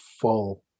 full